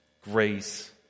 grace